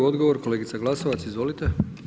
Odgovor kolegica Glasovac, izvolite.